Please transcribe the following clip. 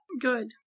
Good